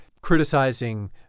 criticizing